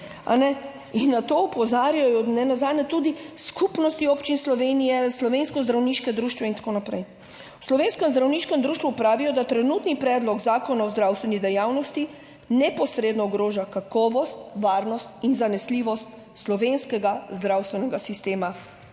ne nazadnje tudi Skupnosti občin Slovenije, Slovensko zdravniško društvo in tako naprej. V Slovenskem zdravniškem društvu pravijo, da trenutni predlog zakona o zdravstveni dejavnosti neposredno ogroža kakovost, varnost in zanesljivost slovenskega zdravstvenega sistema.